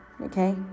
Okay